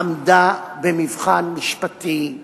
עמדה במבחן משפטי.